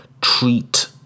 treat